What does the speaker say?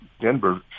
Denver